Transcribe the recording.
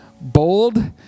bold